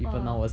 !wah!